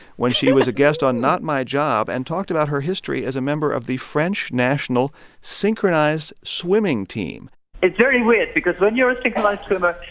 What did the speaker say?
when she and was a guest on not my job and talked about her history as a member of the french national synchronized swimming team it's very weird because when you're a synchronized swimmer,